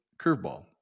curveball